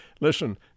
listen